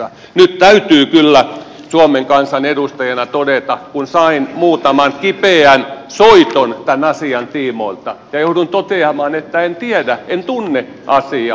nyt täytyy kyllä suomen kansan edustajana todeta kun sain muutaman kipeän soiton tämän asian tiimoilta ja jouduin toteamaan että en tiedä en tunne asiaa